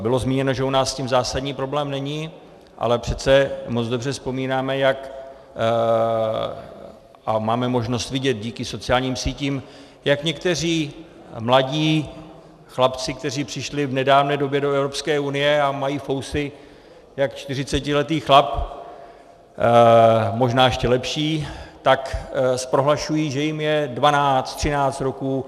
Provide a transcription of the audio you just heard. Bylo zmíněno, že u nás s tím zásadní problém není, ale přece moc dobře vzpomínáme a máme možnost vidět díky sociálním sítím, jak někteří mladí chlapci, kteří přišli v nedávné době do Evropské unie a mají vousy jak 40letý chlap, možná ještě lepší, tak prohlašují, že jim je 12, 13 roků.